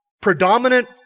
predominant